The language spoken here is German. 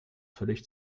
völlig